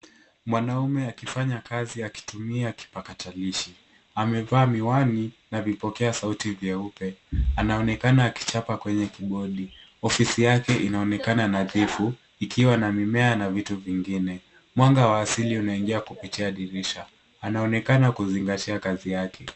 Mwanaume akifanya kazi akitumia kipakatilishi, amevaa miwani na vipokea sauti vyeupe. Anaonekana alichapa kwenye kibodi, ofisi yake inaonekana nadhifu ikiwa na mimea na vitu vingine. Mwanga wa asili unaingia kupitia dirisha, anaonekana kuzingatia kazi yake.